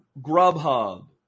Grubhub